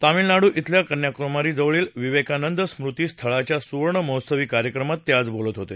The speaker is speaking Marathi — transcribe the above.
तामिळनाडू इथल्या कन्याकुमारी जवळील विवेकानंद स्मृती स्थळाच्या सुवर्ण महोत्सवी कार्यक्रमात ते आज बोलत होते